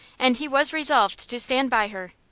and he was resolved to stand by her.